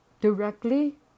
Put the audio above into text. directly